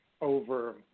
over